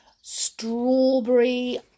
strawberry